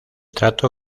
trato